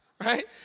Right